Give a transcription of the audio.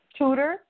tutor